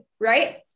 right